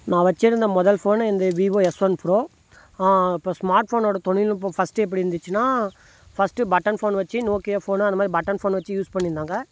நான் வெச்சுருந்த முதல் ஃபோன் இந்த விவோ எஸ் ஒன் ப்ரோ இப்போ ஸ்மார்ட் ஃபோனோட தொழில்நுட்பம் ஃபஸ்ட்டு எப்படி இருந்துச்சுனா ஃபஸ்ட்டு பட்டன் ஃபோன் வெச்சு நோக்கியா ஃபோனு அந்த மாதிரி பட்டன் ஃபோனு வெச்சு யூஸ் பண்ணிருந்தாங்க